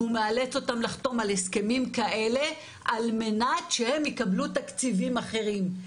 הוא מאלץ אותם לחתום על הסכמים כאלה על מנת שהם יקבלו תקציבים אחרים.